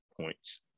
points